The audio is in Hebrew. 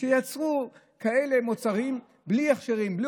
שייצרו כאלה מוצרים בלי הכשרים ובלי